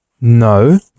no